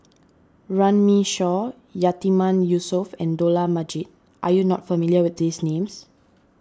Runme Shaw Yatiman Yusof and Dollah Majid are you not familiar with these names